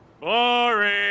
Boring